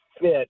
fit